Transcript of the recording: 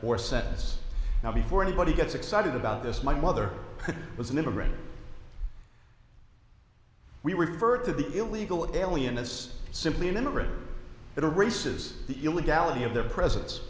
or sentence now before anybody gets excited about this my mother was an immigrant we refer to the illegal alien as simply an immigrant but a race is the illegality of their presence